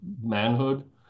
manhood